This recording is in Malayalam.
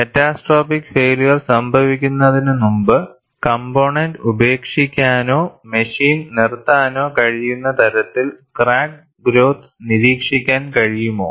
ക്യാറ്റസ്ട്രോപ്പിക് ഫൈയില്യർ സംഭവിക്കുന്നതിനുമുമ്പ് കംപോണൻറ് ഉപേക്ഷിക്കാനോ മെഷീൻ നിർത്താനോ കഴിയുന്ന തരത്തിൽ ക്രാക്ക് ഗ്രോത്ത് നിരീക്ഷിക്കാൻ കഴിയുമോ